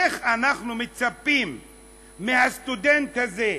איך אנחנו מצפים מהסטודנט הזה,